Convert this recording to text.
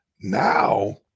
Now